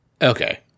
Okay